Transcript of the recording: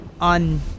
on